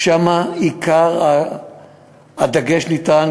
שם עיקר הדגש ניתן,